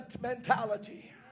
mentality